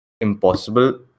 impossible